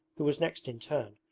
who was next in turn,